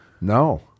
No